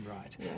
Right